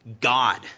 God